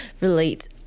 relate